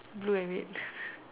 blue and red